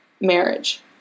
marriage